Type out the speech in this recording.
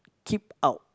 keep out